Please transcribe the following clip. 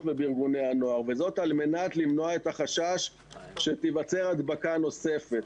הנוער ובארגוני הנוער וזאת על מנת למנוע את החשש שתיווצר הדבקה נוספת.